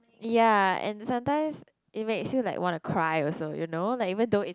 ya and sometimes it makes you like want to cry also you know like even though is